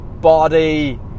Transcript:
body